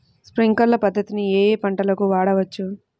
Sprinkler పద్ధతిని ఏ ఏ పంటలకు వాడవచ్చు?